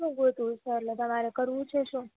શું ગોતવું છે એટલે તમારે કરવું છે શું